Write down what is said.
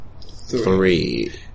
three